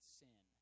sin